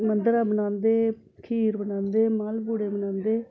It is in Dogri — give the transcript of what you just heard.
मंदरा बनांदे खीर बनांदे मालपूड़े बनांदे